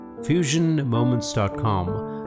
FusionMoments.com